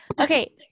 Okay